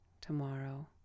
tomorrow